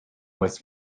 was